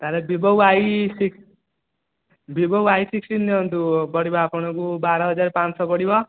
ତା'ହେଲେ Vivo Y six Vivo Y sixteen ନିଅନ୍ତୁ ପଡ଼ିବ ଆପଣଙ୍କୁ ବାର ହଜାର ପାଞ୍ଚ ଶହ ପଡ଼ିବ